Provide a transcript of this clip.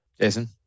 Jason